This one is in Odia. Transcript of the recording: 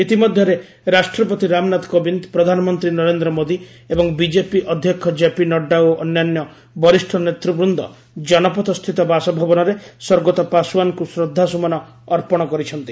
ଇତିମଧ୍ୟରେ ରାଷ୍ଟ୍ରପତି ରାମନାଥ କୋବିନ୍ଦ୍ ପ୍ରଧାନମନ୍ତ୍ରୀ ନରେନ୍ଦ୍ର ମୋଦି ଏବଂ ବିଜେପି ଅଧ୍ୟକ୍ଷ ଜେପି ନଡ୍ରା ଓ ଅନ୍ୟାନ୍ୟ ବରିଷ୍ଠ ନେତୃବୃନ୍ଦ ଜନପଥସ୍ଥିତ ବାସଭବନରେ ସ୍ୱର୍ଗତ ପାଶ୍ୱାନ୍ଙ୍କୁ ଶ୍ରଦ୍ଧାସୁମନ ଅର୍ପଣ କରିଚ୍ଛନ୍ତି